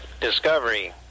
Discovery